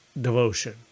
devotion